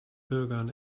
bürgern